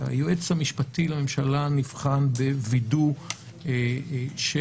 היועץ המשפטי לממשלה נבחן בווידוא של